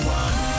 one